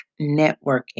networking